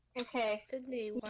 Okay